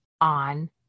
on